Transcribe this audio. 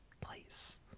place